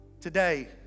Today